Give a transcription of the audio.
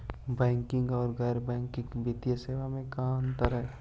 Banking और गैर banking वित्तीय सेवाओं में का अंतर हइ?